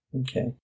Okay